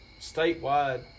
statewide